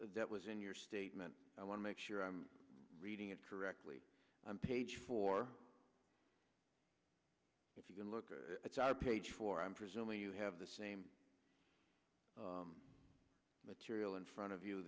that was in your statement i want to make sure i'm reading it correctly on page four if you can look at page four i'm presuming you have the same material in front of you